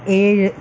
ഏഴ്